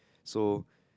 so